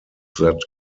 that